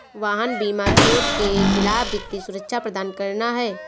वाहन बीमा चोट के खिलाफ वित्तीय सुरक्षा प्रदान करना है